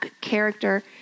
character